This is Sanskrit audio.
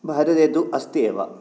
भारते तु अस्ति एव